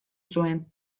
zuen